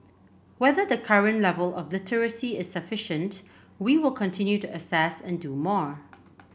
whether the current level of literacy is sufficient we will continue to assess and do more